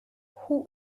who